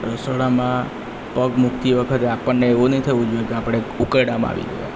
રસોડામાં પગ મૂકતી વખતે આપણને એવું નહીં થવું જોઈએ કે આપણે ઉકરડામાં આવી ગયાં